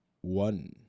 one